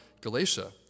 Galatia